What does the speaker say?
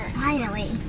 finally.